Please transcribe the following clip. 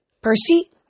Percy